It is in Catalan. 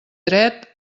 dret